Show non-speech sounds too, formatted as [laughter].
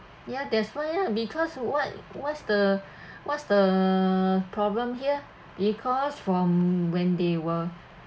ya that's why ah because what what's the [breath] what's the problem here because from when they were [breath]